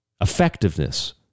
effectiveness